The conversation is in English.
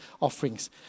offerings